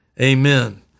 amen